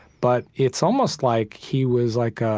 but it's almost like he was like a